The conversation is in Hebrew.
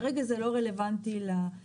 כרגע זה לא רלבנטי לתקנות,